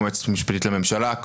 כמו היועצת המשפטית לממשלה,